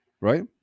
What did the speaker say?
right